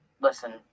Listen